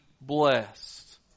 blessed